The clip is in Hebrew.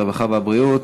הרווחה והבריאות.